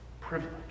privilege